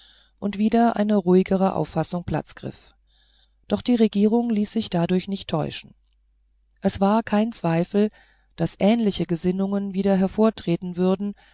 und wieder eine ruhigere auffassung platz griff doch die regierung ließ sich dadurch nicht täuschen es war kein zweifel daß ähnliche gesinnungen wieder hervortreten würden